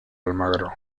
almagro